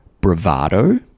bravado